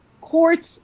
courts